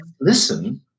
listen